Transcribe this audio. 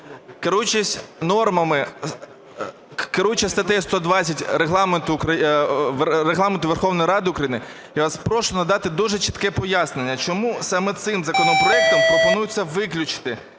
керуючись статтею 120 Регламенту Верховної Ради України, я вас прошу надати дуже чітке пояснення, чому саме цим законопроектом пропонується виключити